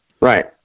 Right